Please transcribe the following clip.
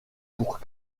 pour